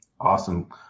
Awesome